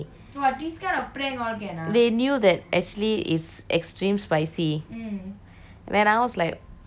they knew that actually it's extreme spicy then I was like okay fine I will eat it